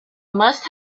must